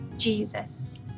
Jesus